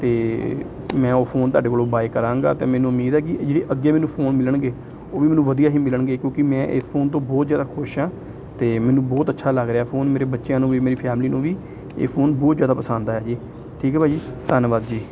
ਅਤੇ ਮੈਂ ਉਹ ਫੋਨ ਤੁਹਾਡੇ ਕੋਲੋਂ ਬਾਏ ਕਰਾਂਗਾ ਅਤੇ ਮੈਨੂੰ ਉਮੀਦ ਹੈ ਕਿ ਜਿਹੜੇ ਅੱਗੇ ਮੈਨੂੰ ਫੋਨ ਮਿਲਣਗੇ ਉਹ ਵੀ ਮੈਨੂੰ ਵਧੀਆ ਹੀ ਮਿਲਣਗੇ ਕਿਉਂਕਿ ਮੈਂ ਇਸ ਫੋਨ ਤੋਂ ਬਹੁਤ ਜ਼ਿਆਦਾ ਖੁਸ਼ ਹਾਂ ਅਤੇ ਮੈਨੂੰ ਬਹੁਤ ਅੱਛਾ ਲੱਗ ਰਿਹਾ ਫੋਨ ਮੇਰੇ ਬੱਚਿਆਂ ਨੂੰ ਵੀ ਮੇਰੀ ਫੈਮਲੀ ਨੂੰ ਵੀ ਇਹ ਫੋਨ ਬਹੁਤ ਜ਼ਿਆਦਾ ਪਸੰਦ ਆਇਆ ਜੀ ਠੀਕ ਹੈ ਭਾਅ ਜੀ ਧੰਨਵਾਦ ਜੀ